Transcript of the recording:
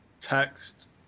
text